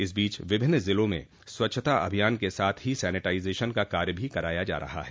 इस बीच विभिन्न जिलों में स्वच्छता अभियान के साथ ही सेनेटाइजशन का कार्य भी कराया जा रहा है